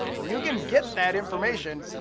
you can get that information.